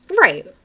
Right